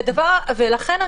ולכן,